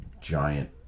giant